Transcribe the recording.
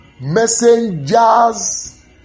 Messengers